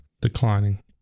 declining